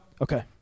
Okay